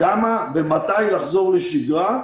כמה ומתי לחזור לשגרה.